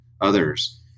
others